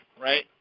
right